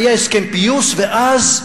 היה הסכם פיוס, ואז,